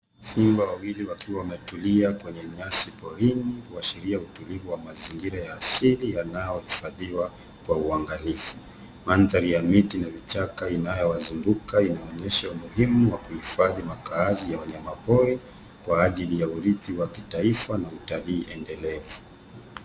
Simba wawili wameketi kwenye nyasi porini, wakionesha utulivu wa mazingira asilia, ambayo yanapaswa kulindwa kwa uangalizi. Mandhari ya miti na vichaka vinavyowazunguka vinaonyesha umuhimu wa kuhifadhi makazi ya wanyama pori kwa ajili ya urithi wa kitaifa na utalii endelevu.